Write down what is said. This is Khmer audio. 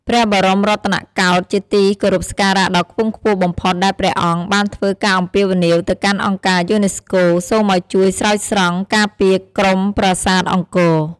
ព្រះបរមរតនកោដ្ឋ ជាទីគោរពសក្ការៈដ៏ខ្ពង់ខ្ពស់បំផុត ដែលព្រះអង្គ បានធ្វើការអំពាវនាវទៅកាន់អង្គការយូណេស្កូ សូមឱ្យជួយស្រោចស្រង់ ការពារក្រុមប្រាសាទអង្គរ។